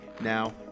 now